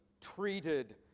treated